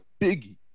Biggie